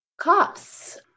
cops